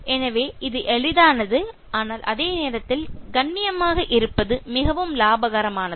எனவே இது எளிதானது ஆனால் அதே நேரத்தில் கண்ணியமாக இருப்பது மிகவும் லாபகரமானது